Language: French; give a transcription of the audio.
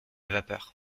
vapeur